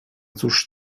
cóż